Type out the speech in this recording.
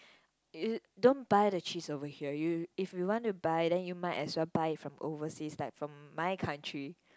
you don't buy the cheese over here yo~ if you want to buy then you might as well buy it from overseas like from my country